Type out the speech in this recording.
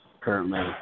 currently